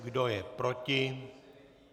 Kdo je proti?